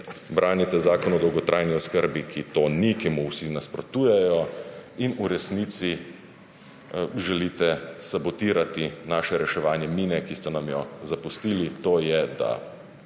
branite Zakon o dolgotrajni oskrbi, ki to ni, ki mu vsi nasprotujejo, in v resnici želite sabotirati naše reševanje mine, ki ste nam jo zapustili, to je, da